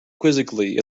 quizzically